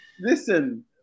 Listen